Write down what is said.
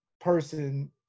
person